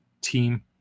team